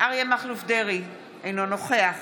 אריה מכלוף דרעי, אינו נוכח